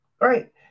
right